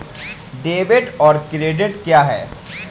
Debit और credit क्या है?